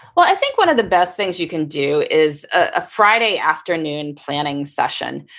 well, i think one of the best things you can do is a friday afternoon planning session.